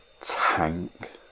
tank